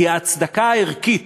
כי ההצדקה הערכית